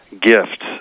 gift